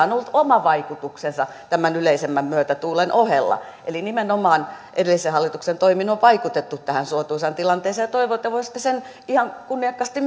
on ollut oma vaikutuksensa tämän yleisemmän myötätuulen ohella kyllähän ihan talousasiantuntijatkin ovat myöntäneet sen eli nimenomaan edellisen hallituksen toimin on vaikutettu tähän suotuisaan tilanteeseen toivon että voisitte sen ihan kunniakkaasti